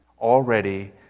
already